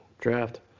draft